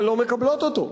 אבל לא מקבלות אותו,